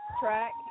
track